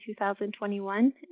2021